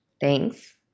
thanks